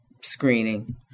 screening